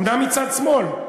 אומנם מצד שמאל,